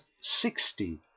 sixty